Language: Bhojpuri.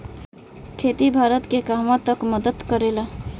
खेती भारत के कहवा तक मदत करे ला?